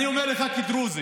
אני אומר לך כדרוזי,